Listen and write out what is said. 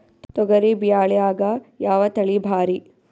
ತೊಗರಿ ಬ್ಯಾಳ್ಯಾಗ ಯಾವ ತಳಿ ಭಾರಿ?